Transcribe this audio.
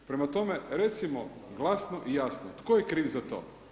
Prema tome, recimo glasno i jasno tko je kriv za to?